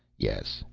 yes,